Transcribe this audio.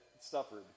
suffered